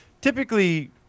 typically